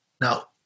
now